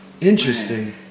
Interesting